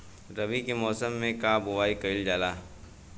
रवि के मौसम में का बोआई कईल जा सकत बा?